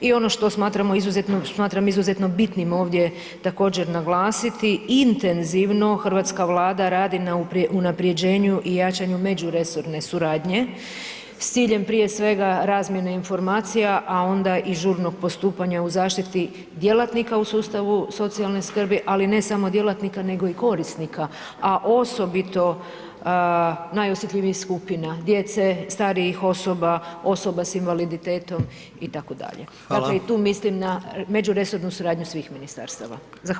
I ono što smatram izuzetno bitnim ovdje također naglasiti, intenzivno, hrvatska Vlada radi na unaprjeđenju i jačanju međuresorne suradnje s ciljem, prije svega, razmjene informacija, a onda i žurnog postupanja u zaštiti djelatnika u sustavu socijalne skrbi, ali ne samo djelatnika, nego i korisnika, a osobito najosjetljivijih skupina, djece, starijih osoba, osoba s invaliditetom, itd [[Upadica: Hvala.]] dakle i tu mislim na međuresornu suradnju svih ministarstava.